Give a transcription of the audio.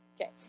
okay